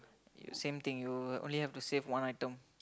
same thing you only have to save one item